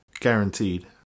Guaranteed